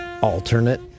Alternate